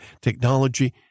technology